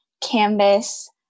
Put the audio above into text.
Canvas